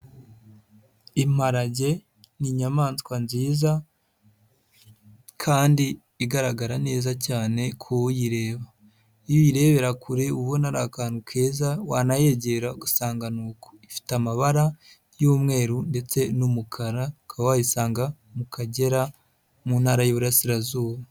Imparage ni inyamaswa nziza kandi igaragara neza cyane ku uyireba, iyo uyirebera kure uba ubona ari akantu keza wanayegera ugasanga ifite amabara y'umweru ndetse n'umukara ukaba wayisanga mu Kagera mu Ntara y'Iburasirazuba.